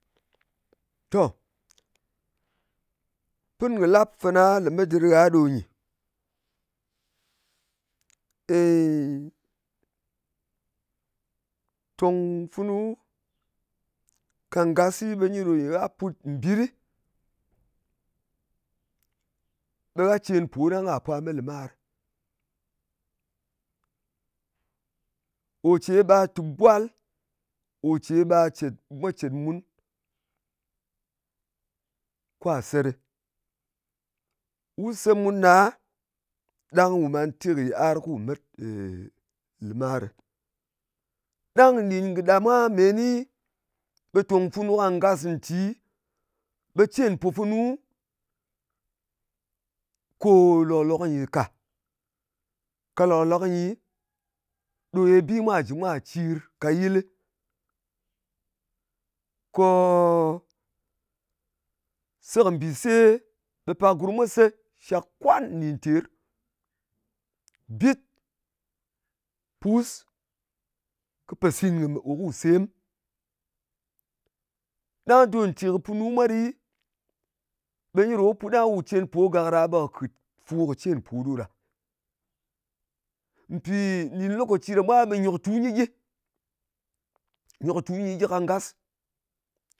To, pɨn kɨ lap fana lemet dɨr gha ɗo nyɨ: ey, tong funu ka ngas ɓe nyi ɗo gha put mbit ɗɨ, ɓe gha cen pò ɗang kwà pwa me lɨmar ɗɨ. Kò ce ɓa tùp gwal. Kò ce ɓe mwa cèt mun kwa sè ɗɨ. Wu se mun ɗa ɗang ku man te kɨ yɨar ku met lɨarɨ. Ɗang nɗin kɨ ɗa mwa meni, ɓe tòng funu ngas nti, ɓe cen pò funu ko ò lòk-lok nyɨ ka. Ka lòk-lok nyi, ɗo bi mwà jɨ̀ mwa cir ka yɨlɨ, ko se kɨ mbise, ɓe pak gurm mwa se shàk kwan nɗin ter. Bit, pus, kɨ pōsin nyi mɨ ò ku sem. Ɗang don nti kɨ punu mwa ɗi, ɓe nyi ɗò wu put ɗang wu cen po gàk ɗa, ɓe kɨ kɨt fu kɨ cen kɨ po ɗo ɗa. Mpì nɗin lokaci ɗa mwa ɓe nyòktu nyɨ gyi. Nyòktu nyɨ gyi ka ngas.